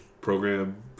program